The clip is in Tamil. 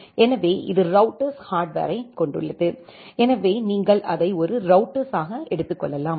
எனவே இது ரௌட்டர்ஸ் ஹார்ட்வரைக் கொண்டுள்ளது எனவே நீங்கள் அதை ஒரு ரௌட்டர்ஸ்ஸாக எடுத்து கொள்ளலாம்